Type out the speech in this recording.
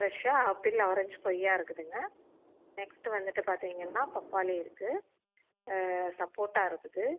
ஃப்ரெஷ்ஷாக apple orange கொய்யா இருக்குதுங்க நெக்ஸ்ட்டு வந்துவிட்டு பார்த்திங்கனா பப்பாளி இருக்கு சப்போட்டா இருக்குது